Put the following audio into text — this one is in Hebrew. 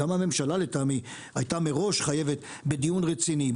גם הממשלה לטעמי הייתה מראש חייב בדיון רציני,